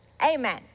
Amen